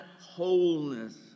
wholeness